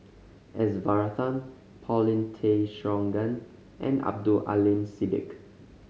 S Varathan Paulin Tay Straughan and Abdul Aleem Siddique